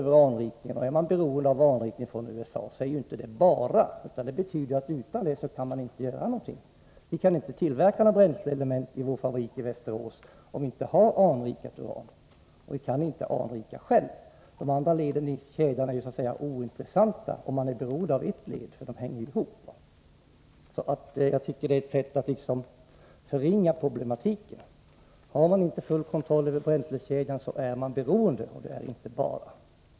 Det är inte ”bara”, om vi är beroende av USA när det gäller anrikning. Utan de tjänsterna kan vi nämligen inte göra någonting — vi kan inte tillverka några bränsleelement i vår fabrik i Västerås, om vi inte har anrikat uran. Och vi kan inte anrika själva. De andra leden i kedjan är ointressanta, om man är beroende av ett led, för de olika leden hänger ihop. Jag tycker alltså att detta är ett sätt att förringa problematiken. Har man inte full kontroll över bränslekedjan, så är man beroende, och det är inte ”bara”.